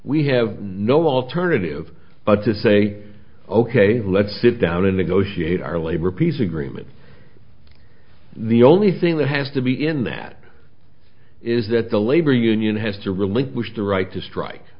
we have no alternative but to say ok let's sit down in the go she ate our labor peace agreement the only thing that has to be in that is that the labor union has to relinquish the right to strike